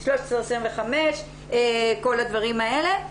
1325, כל הדברים האלה.